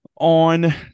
On